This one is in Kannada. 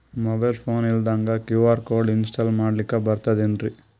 ಮೊಬೈಲ್ ಫೋನ ಇಲ್ದಂಗ ಕ್ಯೂ.ಆರ್ ಕೋಡ್ ಇನ್ಸ್ಟಾಲ ಮಾಡ್ಲಕ ಬರ್ತದೇನ್ರಿ?